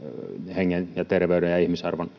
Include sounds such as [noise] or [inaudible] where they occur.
hengen ja terveyden ja ihmisarvon [unintelligible]